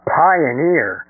pioneer